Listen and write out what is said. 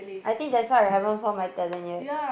I think that's why I haven't found my talent yet